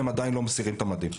הם עדיין לא מסירים את המדים.